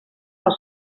del